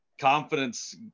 confidence